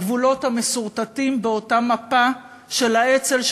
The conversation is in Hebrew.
הגבולות המסורטטים באותה מפה של האצ"ל,